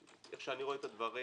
איך שאני רואה את הדברים,